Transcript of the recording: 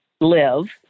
live